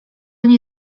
nie